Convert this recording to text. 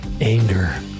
Anger